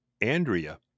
Andrea